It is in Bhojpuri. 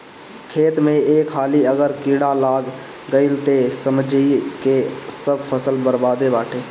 खेत में एक हाली अगर कीड़ा लाग गईल तअ समझअ की सब फसल बरबादे बाटे